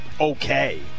okay